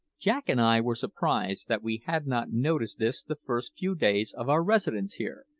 jack and i were surprised that we had not noticed this the first few days of our residence here,